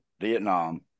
Vietnam